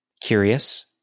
Curious